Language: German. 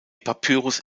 papyrus